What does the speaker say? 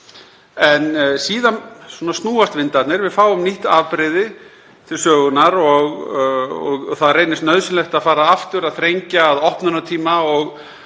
En síðan snúast vindarnir. Við fáum nýtt afbrigði til sögunnar og það reynist nauðsynlegt að fara aftur að þrengja að opnunartíma.